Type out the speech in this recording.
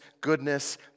goodness